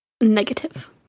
negative